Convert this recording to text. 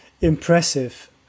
impressive